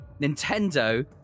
Nintendo